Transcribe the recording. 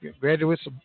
Graduates